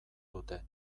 dute